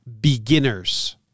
Beginners